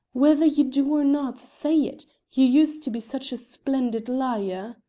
whether you do or not, say it, you used to be such a splendid liar.